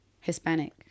hispanic